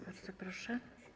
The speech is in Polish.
Bardzo proszę.